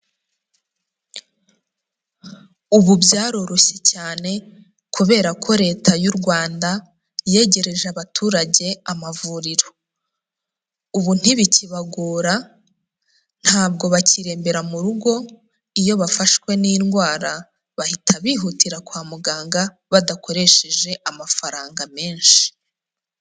Ubu byaroroshye cyane kubera ko Leta y'u Rwanda yegereje abaturage amavuriro, ubu ntibikibagora ntabwo bakirembera mu rugo, iyo bafashwe n'indwara bahita bihutira kwa muganga badakoresheje amafaranga menshi.